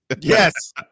Yes